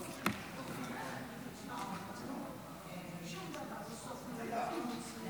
חבריי חברי הכנסת, כבר שבעה חודשים שמדינת ישראל